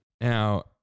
Now